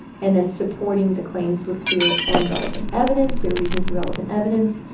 and then supporting the claims with clear and relevant evidence, clear reasons and relevant evidence.